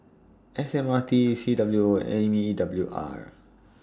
S M R T C W O M E W R